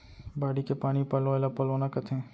बाड़ी के पानी पलोय ल पलोना कथें